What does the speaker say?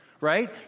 Right